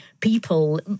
people